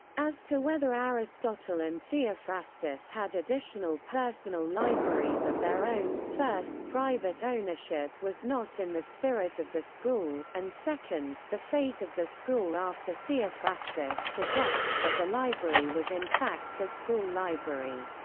as to whether aristotle and theophrastus had additional personal libraries of their own, first, private ownership was not in the spirit of the school, and second, the fate of the school after theophrastus suggests that the library was in fact the school library.